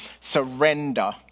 surrender